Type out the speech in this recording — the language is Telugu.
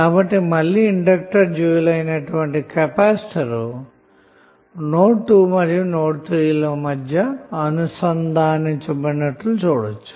కాబట్టి మళ్ళి ఇండెక్టర్ కి డ్యూయల్ అయిన కెపాసిటర్ ను ను నోడ్ 2 మరియు నోడ్ 3 ల మధ్య అనుసంధానించినట్లు చూడవచ్చు